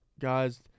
guys